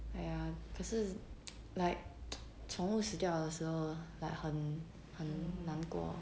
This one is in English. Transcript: !aiya! 可是 like 宠物死掉的时候 like 很很难过